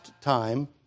time